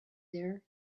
there